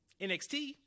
NXT